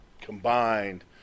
combined